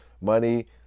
money